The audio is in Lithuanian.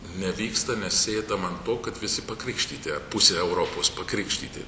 nevyksta nes sėdam ant to kad visi pakrikštyti pusė europos pakrikštyti